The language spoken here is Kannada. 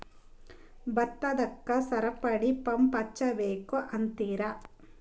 ಭತ್ತಕ್ಕ ಸರಪಣಿ ಪಂಪ್ ಹಚ್ಚಬೇಕ್ ಅಂತಿರಾ?